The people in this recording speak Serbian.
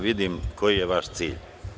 Vidim koji je vaš cilj.